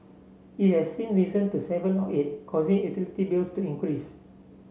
it has since risen to seven or eight causing utility bills to increase